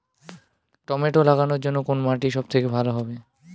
Tomato লাগানোর জন্যে কোন মাটি সব থেকে ভালো হবে?